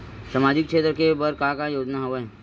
सामाजिक क्षेत्र के बर का का योजना हवय?